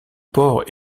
port